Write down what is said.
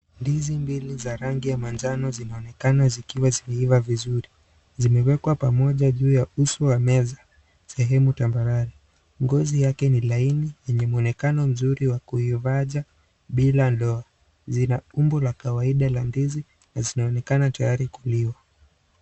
Ndizi mbili za rangi ya manjano zinaonekana zikiwa zimeiva vizuri, zimewekwa pamoja juu ya uso wa meza sehemu tambarare, ngozi yake ni laini yenye mwenekano mzuri wa kuivaja bila doa, zina umbo la kawaida la ndizi na zinaonekana tayari kuliwa.